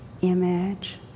image